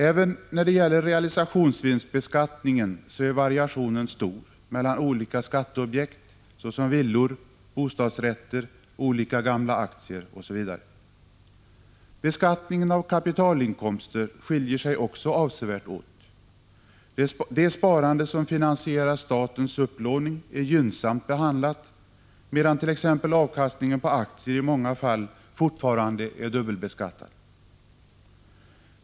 Även när det gäller realisationsvinstbeskattningen så är variationen stor mellan olika skatteobjekt såsom villor, bostadsrätter och olika gamla aktier OSV. Beskattningen av kapitalinkomster skiljer sig också avsevärt åt. Det sparande som finansierar statens upplåning är gynnsamt behandlat, medan t.ex. avkastningen på aktier i många fall fortfarande är dubbelbeskattad.